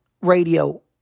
radio